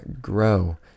grow